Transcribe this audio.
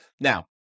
Now